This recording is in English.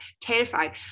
terrified